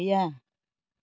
गैया